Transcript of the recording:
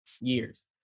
years